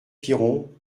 piron